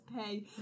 pay